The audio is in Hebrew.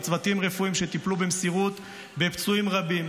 על צוותים רפואיים שטיפלו במסירות בפצועים רבים,